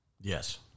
Yes